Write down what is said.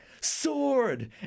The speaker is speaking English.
Sword